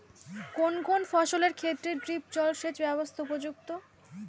কোন কোন ফসলের ক্ষেত্রে ড্রিপ জলসেচ ব্যবস্থা উপযুক্ত?